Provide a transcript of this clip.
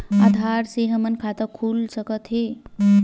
आधार से हमर खाता खुल सकत हे?